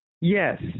Yes